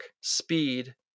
speed